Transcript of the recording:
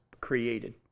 created